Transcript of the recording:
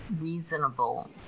reasonable